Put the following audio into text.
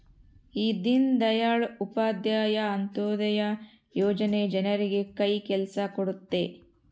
ಈ ದೀನ್ ದಯಾಳ್ ಉಪಾಧ್ಯಾಯ ಅಂತ್ಯೋದಯ ಯೋಜನೆ ಜನರಿಗೆ ಕೈ ಕೆಲ್ಸ ಕೊಡುತ್ತೆ